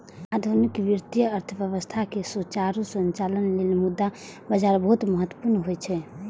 आधुनिक वित्तीय अर्थव्यवस्था के सुचारू संचालन लेल मुद्रा बाजार बहुत महत्वपूर्ण होइ छै